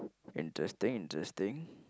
interesting interesting